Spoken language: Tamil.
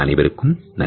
அனைவருக்கும் நன்றி